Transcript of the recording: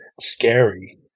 scary